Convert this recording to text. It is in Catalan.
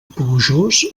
plujós